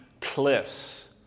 cliffs